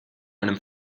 einem